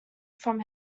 from